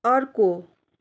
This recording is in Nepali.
अर्को